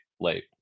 late